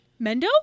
Mendo